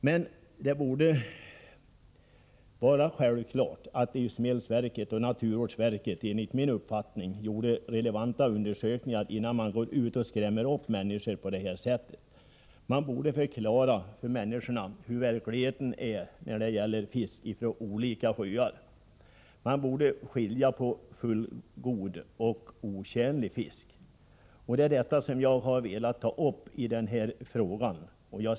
Men det borde enligt min uppfattning vara självklart att livsmedelsverket och naturvårdsverket gör relevanta undersökningar innan man skrämmer upp människor på det sätt som här har skett. Man borde förklara för människorna hur det verkligen förhåller sig med fisk från olika sjöar, och man borde skilja mellan fullgod och otjänlig fisk. Det är det som jag har velat peka på i min fråga.